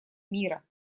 мира